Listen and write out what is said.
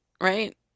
right